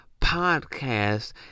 podcast